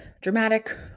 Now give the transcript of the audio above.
dramatic